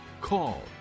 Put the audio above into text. Call